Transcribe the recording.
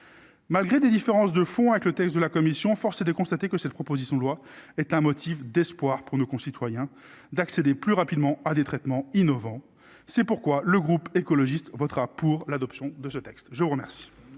malgré des différences de fond avec le texte de la commission, force est de constater que cette proposition de loi est un motif d'espoir pour nos concitoyens d'accéder plus rapidement à des traitements innovants, c'est pourquoi le groupe écologiste votera pour l'adoption de ce texte, je vous remercie.